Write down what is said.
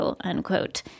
unquote